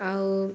ଆଉ